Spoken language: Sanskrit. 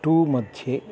टू मध्ये